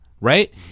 Right